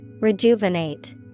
Rejuvenate